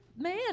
Man